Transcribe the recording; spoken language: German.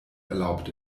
erlaubt